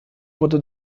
wurde